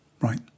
Right